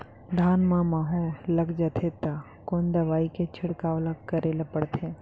धान म माहो लग जाथे त कोन दवई के छिड़काव ल करे ल पड़थे?